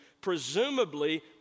presumably